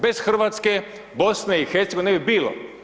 Bez Hrvatske, BiH-a ne bi bilo.